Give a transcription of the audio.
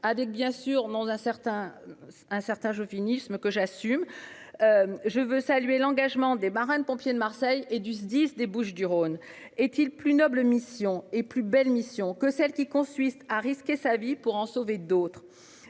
Non sans un certain chauvinisme, que j'assume, je veux saluer l'engagement des marins-pompiers de Marseille et du Sdis des Bouches-du-Rhône. Est-il plus noble et plus belle mission que celle qui consiste à risquer sa vie pour en sauver d'autres ?